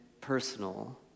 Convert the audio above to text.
personal